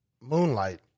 moonlight